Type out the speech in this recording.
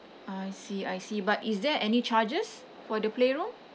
I see I see but is there any charges for the playroom